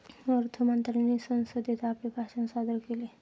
अर्थ मंत्र्यांनी संसदेत आपले भाषण सादर केले